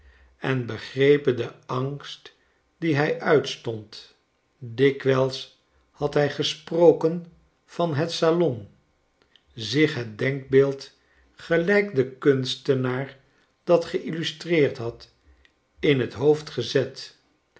en begrepen den angst dien hij uitstond dikwijls had hij gesproken van het salon zich het denkbeeld gelijk de kunstenaar dat geillustreerd had in t hoofd gezet